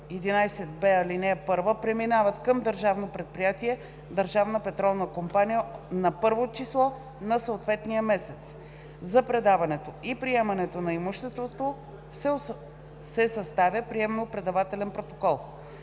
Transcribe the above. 11б, ал. 1, преминават към Държавно предприятие „Държавна петролна компания“ на 1-во число на съответния месец. За предаването и приемането на имуществото се съставя приемо-предавателен протокол.